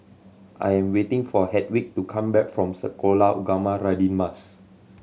I am waiting for Hedwig to come back from Sekolah Ugama Radin Mas